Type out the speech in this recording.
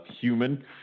human